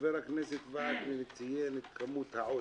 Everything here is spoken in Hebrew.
חבר הכנסת וקנין ציין את כמות העודף,